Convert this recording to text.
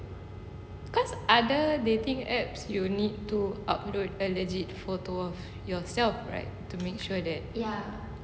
cause other dating apps you need to upload a legit photo of yourself right to make sure that